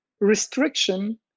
restriction